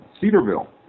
Cedarville